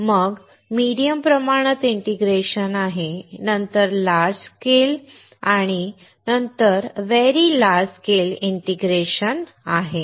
मग मध्यम प्रमाणात इंटिग्रेशन नंतर लार्ज स्केल इंटिग्रेशन आणि नंतर खूप मोठ्या लार्ज स्केल इंटिग्रेशन आहे